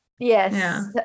yes